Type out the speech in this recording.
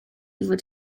fod